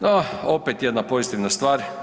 No, opet jedna pozitivna stvar.